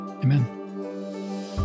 Amen